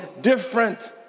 different